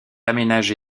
aménagé